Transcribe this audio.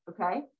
okay